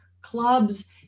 clubs